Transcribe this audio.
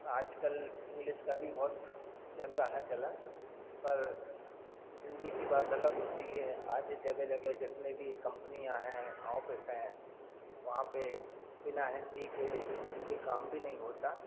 आज कल इंग्लिस का भी बहुत चल रहा है चलन पर हिन्दी की बात अलग होती है आज जगह जगह जितनी भी कम्पनियाँ हैं ऑपिस हैं वहाँ पर बिना हिन्दी के कोई काम भी नहीं होता